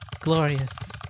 Glorious